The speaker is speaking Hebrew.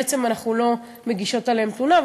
בעצם אנחנו לא מגישות עליהן תלונה.